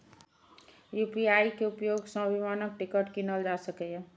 UPI के उपयोग सं विमानक टिकट कीनल जा सकैए